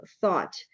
thought